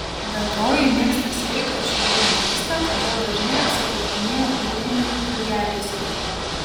be to ji mėgsta sveiką ir šviežią maistą todėl dažnai apsipirkinėja ūkininkų turgeliuose